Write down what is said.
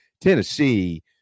Tennessee